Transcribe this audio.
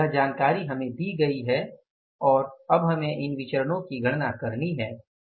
अब यह जानकारी हमें दी गई है और अब हमें इन विचरणो की गणना करनी है